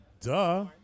Duh